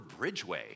bridgeway